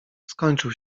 skończył